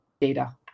data